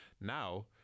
now